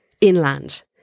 Inland